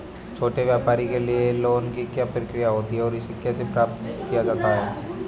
छोटे व्यापार के लिए लोंन की क्या प्रक्रिया होती है और इसे कैसे प्राप्त किया जाता है?